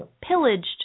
Pillaged